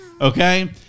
okay